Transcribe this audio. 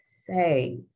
say